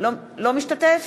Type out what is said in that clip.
אינו משתתף